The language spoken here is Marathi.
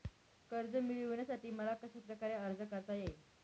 कर्ज मिळविण्यासाठी मला कशाप्रकारे अर्ज करता येईल?